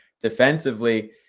defensively